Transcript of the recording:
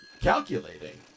Calculating